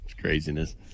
craziness